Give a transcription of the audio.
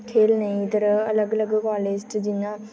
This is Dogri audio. खेढने गी इद्धर अलग अलग कालेज च जि'यां